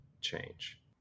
change